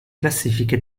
classifiche